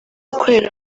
ukorera